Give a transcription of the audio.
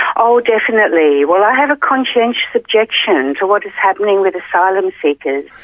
oh definitely. well, i have a conscientious objection to what is happening with asylum seekers.